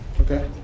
okay